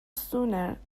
sooner